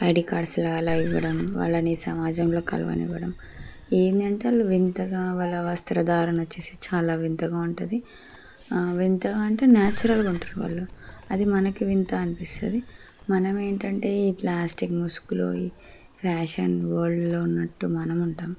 ID కార్డ్స్లా అలా ఇవ్వడం వాళ్ళని సమాజంలో కలవని ఇవ్వడం ఏందంటే వాళ్ళు వింతగా వాళ్ళ వస్త్రధారణ వచ్చేసి చాలా వింతగా ఉంటుంది వింతగా అంటే నేయాచురల్గా ఉంటారు వాళ్ళు అది మనకి వింత అనిపిస్తుంది మనమేంటంటే ఈ ప్లాస్టిక్ ముసుగులో ఈ ఫ్యాషన్ వరల్డ్లో ఉన్నట్టు మనం ఉంటాం